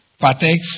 partakes